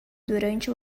durante